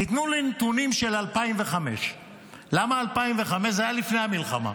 תנו לי נתונים של 2005. זה היה לפני המלחמה,